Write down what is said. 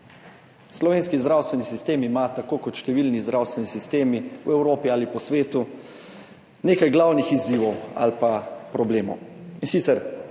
Slovenski zdravstveni sistem ima tako kot številni zdravstveni sistemi v Evropi ali po svetu nekaj glavnih izzivov ali problemov. In sicer